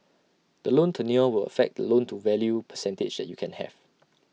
the loan tenure will affect the loan to value percentage that you can have